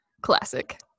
classic